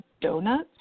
donuts